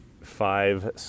five